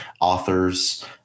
authors